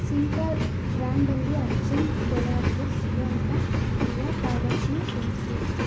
ಸಿಂಥಾಲ್ ಬ್ರ್ಯಾಂಡಲ್ಲಿ ಅರ್ಜೆಂಟ್ ಡೆಲವರಿಗೆ ಸಿಗುವಂಥ ಎಲ್ಲ ಪ್ರಾಡಕ್ಟನು ತೋರಿಸು